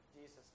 Jesus